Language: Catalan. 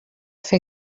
fer